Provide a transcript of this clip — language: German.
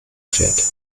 fährt